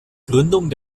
gründung